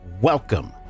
welcome